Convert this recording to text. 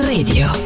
Radio